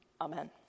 Amen